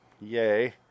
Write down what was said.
Yay